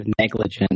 negligence